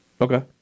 Okay